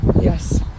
Yes